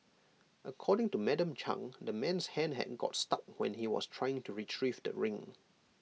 according to Madam chang the man's hand had got stuck when he was trying to Retrieve the ring